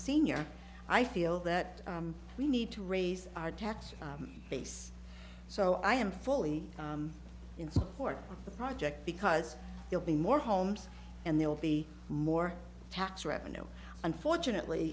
senior i feel that we need to raise our tax base so i am fully in support of the project because they'll be more homes and they will be more tax revenue unfortunately